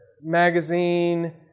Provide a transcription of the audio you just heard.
magazine